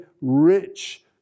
rich